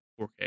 4k